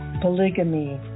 polygamy